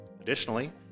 Additionally